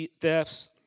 thefts